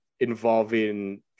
involving